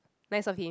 nice of him